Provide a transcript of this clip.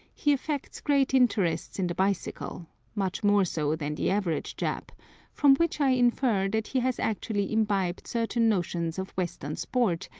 he affects great interest in the bicycle much more so than the average jap from which i infer that he has actually imbibed certain notions of western sport,